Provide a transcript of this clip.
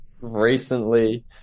recently